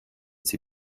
sie